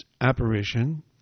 apparition